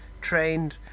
Trained